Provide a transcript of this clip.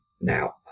Now